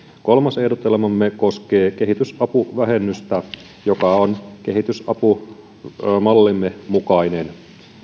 kolmas ehdotelmamme koskee kehitysapuvähennystä joka on kehitysapumallimme mukainen